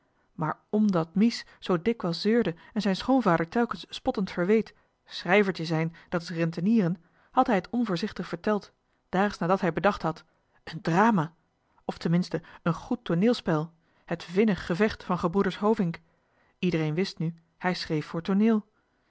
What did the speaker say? maar mdat mies zoo dikwijls zeurde en zijn schoonvader telkens spottend verweet schrijvertje zijn dat is rentenieren had hij het onvoorzichtig verteld daags nadat hij bedacht had een drama of tenminste een goed tooneelspel het vinnig gevecht van gebroeders hovink iedereen wist nu hij schreef voor